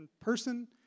person